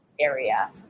area